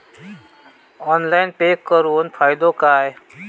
Online pay करुन फायदो काय?